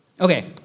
Okay